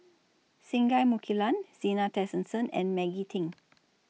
Singai Mukilan Zena Tessensohn and Maggie Teng